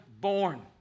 born